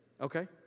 Okay